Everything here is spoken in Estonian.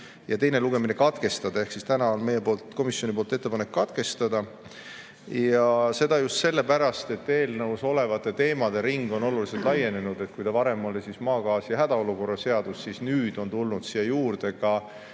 ja teine lugemine katkestada. Ehk täna on meie komisjoni ettepanek lugemine katkestada, seda just sellepärast, et eelnõus olevate teemade ring on oluliselt laienenud. Kui ta varem oli maagaasi ja hädaolukorra seadus, siis nüüd on tulnud siia juurde ka